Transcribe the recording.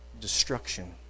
destruction